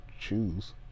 choose